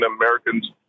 Americans